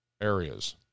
areas